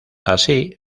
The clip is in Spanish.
así